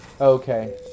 Okay